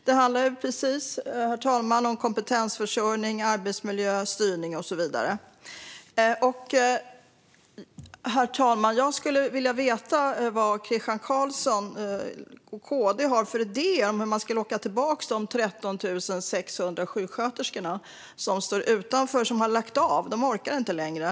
Det handlar, herr talman, om kompetensförsörjning, arbetsmiljö, styrning och så vidare. Herr talman! Jag skulle vilja veta vad Christian Carlsson och KD har för idé om hur man ska locka tillbaka de 13 600 sjuksköterskor som står utanför, som har lagt av. De orkar inte längre.